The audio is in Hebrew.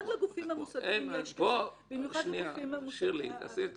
גם לגופים המוסדיים יש --- שירלי, עשי לי טובה.